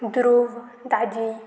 Dhruv Daji